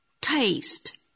taste